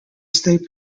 state